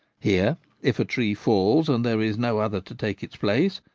here, if a tree falls and there is no other to take its place,